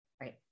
Right